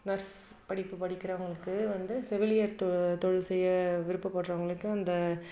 nurse படிப்பு படிக்கிறவங்களுக்கு வந்து செவிலியர் தொ தொழில் செய்ய விருப்பப்படுறவங்களுக்கு அந்த